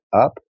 up